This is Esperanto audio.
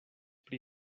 pri